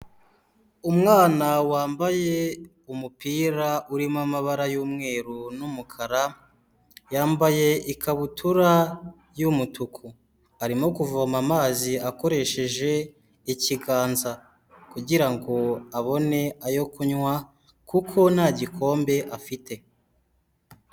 Umwana wambaye umupira urimo amabara y'umweru n'umukara, yambaye ikabutura y'umutuku, arimo kuvoma amazi akoresheje ikiganza, kugira ngo abone ayo kunywa kuko nta gikombe afite.